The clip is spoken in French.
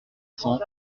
cent